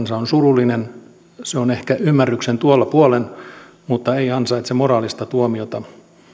se on ehkä ymmärryksen tuolla puolen mutta ei ansaitse moraalista tuomiota